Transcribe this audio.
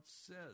says